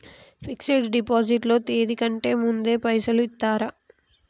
Fix డ్ deposit లో తేది కంటే ముందే పైసలు ఇత్తరా?